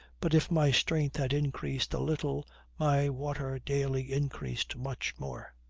but if my strength had increased a little my water daily increased much more.